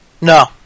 No